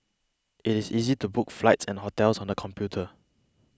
it is easy to book flights and hotels on the computer